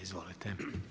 Izvolite.